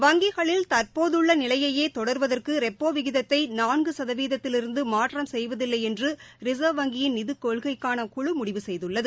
வங்கிகளில் தற்போதுள்ளநிலையையேதொடர்வதற்குரெப்போவிகிதத்தைநான்குசதவீதத்திலிருந்துமாற்றம் செய்வதில்லைஎன்றுிசா்வ் வங்கியின் நிதிக் கொள்கைக்கான குழு முடிவு செய்துள்ளது